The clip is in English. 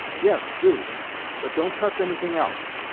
yes, do but don't touch anything else.